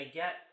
get